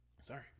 Sorry